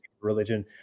religion